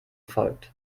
folgt